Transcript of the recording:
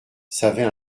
savait